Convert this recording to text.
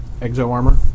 exo-armor